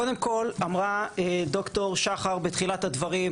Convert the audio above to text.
קודם כל, אמרה ד"ר שחר בתחילת הדברים